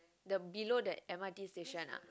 the below that m_r_t station ah